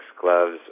gloves